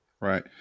Right